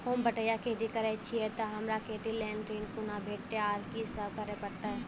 होम बटैया खेती करै छियै तऽ हमरा खेती लेल ऋण कुना भेंटते, आर कि सब करें परतै?